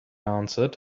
answered